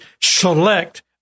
select